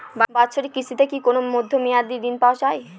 বাৎসরিক কিস্তিতে কি কোন মধ্যমেয়াদি ঋণ পাওয়া যায়?